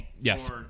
yes